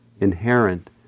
inherent